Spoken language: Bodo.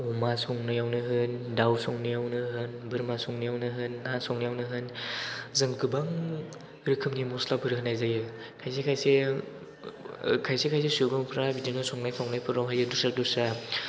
अमा संनायावनो होन दाउ संनायावनो होन बोरमा संनायावनो होन ना संनायावनो होन जों गोबां रोखोमनि मस्लाफोर होनाय जायो खायसे खायसे सुबुंफ्रा बिदिनो संनाय खावनायफोरावहायो दस्रा दस्रा